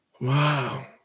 Wow